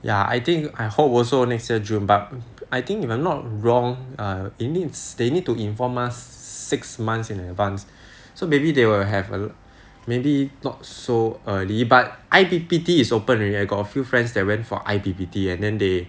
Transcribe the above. ya I think I hope also year june but I think if I'm not wrong ah it needs they need to inform us six months in advance so maybe they will have a maybe not so early but I_P_P_T is open already I got a few friends that went for I_P_P_T and then they